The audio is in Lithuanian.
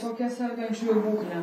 kokia sergančiųjų būklė